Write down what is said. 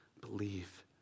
Believe